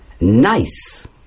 nice